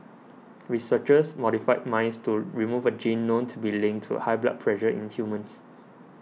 researchers modified mice to remove a gene known to be linked to high blood pressure in humans